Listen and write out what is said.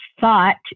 thought